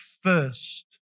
first